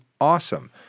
awesome